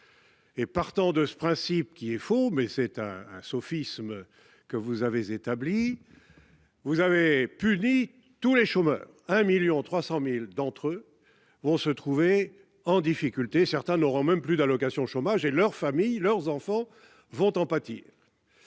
Partant de ce principe, qui est faux- c'est un sophisme que vous avez établi -, vous avez puni tous les chômeurs. Ainsi, 1,3 million d'entre eux vont se trouver en difficulté. Certains ne toucheront même plus d'allocations chômage. Leur famille, leurs enfants vont en pâtir.